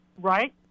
Right